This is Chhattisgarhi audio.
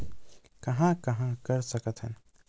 कहां कहां कर सकथन?